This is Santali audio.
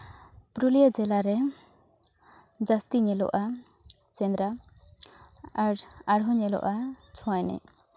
ᱯᱩᱨᱩᱞᱤᱭᱟᱹ ᱡᱮᱞᱟᱨᱮ ᱡᱟᱹᱥᱛᱤ ᱧᱮᱞᱚᱜᱼᱟ ᱥᱮᱸᱫᱽᱨᱟ ᱟᱨ ᱟᱨᱦᱚᱸ ᱧᱮᱞᱚᱜᱼᱟ ᱪᱷᱳ ᱮᱱᱮᱡ